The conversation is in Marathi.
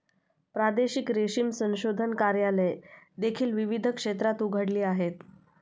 प्रादेशिक रेशीम संशोधन कार्यालये देखील विविध क्षेत्रात उघडली आहेत